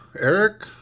Eric